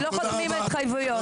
לא חותמים על התחייבויות.